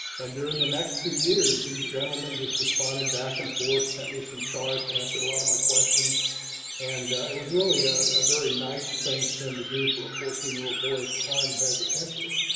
and during the next few years, these gentlemen just responded back and forth sent me some charts answered a lot of my questions. mark arslan and it was really ah a very nice thing for them to do for a fourteen year old boy at the time had the centrist.